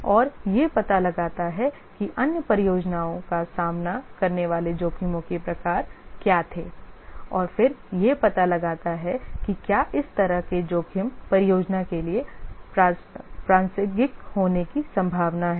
और यह पता लगाता है कि अन्य परियोजनाओं का सामना करने वाले जोखिमों के प्रकार क्या थे और फिर यह पता लगाता है कि क्या इस तरह के जोखिम परियोजना के लिए प्रासंगिक होने की संभावना है